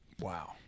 Wow